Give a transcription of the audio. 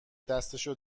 دستشو